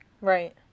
Right